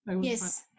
yes